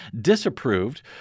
disapproved